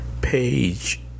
Page